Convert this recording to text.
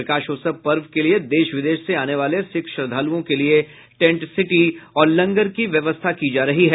प्रकाशोत्सव पर्व के लिये देश विदेश से आने वाले सिख श्रद्धालुओं के लिये टेंट सिटी और लंगर की व्यवस्था की जा रही है